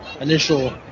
initial